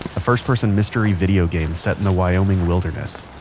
a first person mystery video game set in the wyoming wilderness.